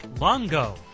Longo